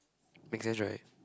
make sense right